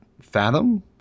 fathom